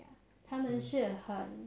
他们是很